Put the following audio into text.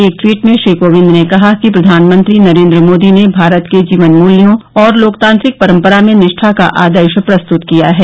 एक ट्वीट में श्री कोविंद ने कहा कि प्रधानमंत्री नरेंद्र मोदी ने भारत के जीवन मूल्यों और लोकतांत्रिक परपरा में निष्ठा का आदर्श प्रस्तुत किया है